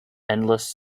endless